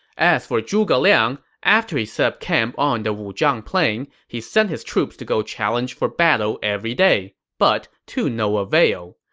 as for zhuge liang, after he set up camp on wuzhang plain, he sent his troops to go challenge for battle every day, but to no avail.